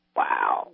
wow